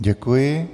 Děkuji.